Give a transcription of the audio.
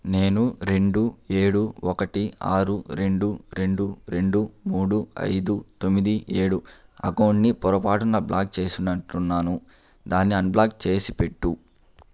నేను రెండు ఏడు ఒకటి ఆరు రెండు రెండు రెండు మూడు ఐదు తొమ్మిది ఏడు అకౌంటుని పొరపాటున బ్లాక్ చేసినట్టున్నాను దాన్ని అన్బ్లాక్ చేసిపెట్టు